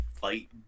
fight